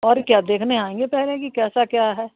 और क्या देखने आएँगे पहले कि कैसा क्या है